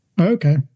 Okay